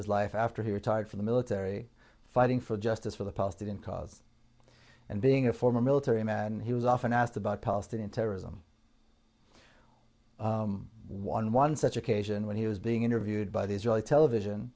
his life after he retired from the military fighting for justice for the palestinian cause and being a former military man he was often asked about palestinian terrorism one one such occasion when he was being interviewed by the israeli television